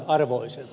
kiitoksia